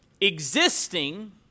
existing